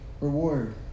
reward